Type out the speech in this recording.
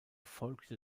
folgte